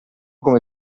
come